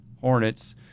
Hornets